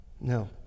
No